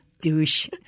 Douche